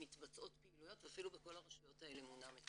שהשארתם את זה כך, ואז הקהילה לא מקבלת את